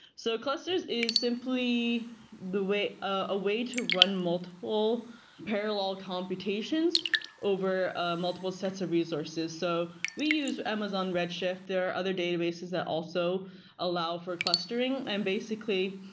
so clusters is simply a way ah way to run multiple parallel computations over ah multiple sets of resources. so we use amazon redshift. there are other databases that also allow for clustering. and basically,